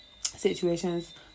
situations